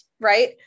right